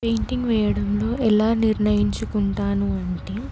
painting వేయడంలో ఎలా నిర్ణయించుకుంటాను అంటే